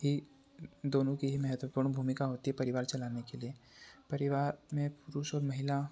ही दोनों कि ही महत्वपूर्ण भूमिका होती है परिवार चलाने के लिए परिवार में पुरुष और महिला